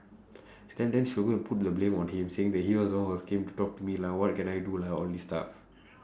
then then she'll go and put the blame on him saying that he was the one who was came to talk to me lah what can I do lah all this stuff